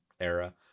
era